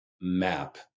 map